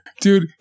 Dude